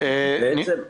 בעצם זה